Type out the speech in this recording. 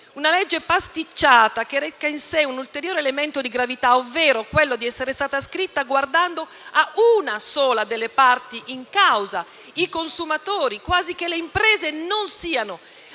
una legge pasticciata che reca in sé un ulteriore elemento di gravità, ovvero quello di essere stata scritta guardando a una sola delle parti in causa - i consumatori - quasi che le imprese siano